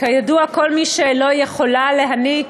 כידוע, כל מי שלא יכולה להיניק,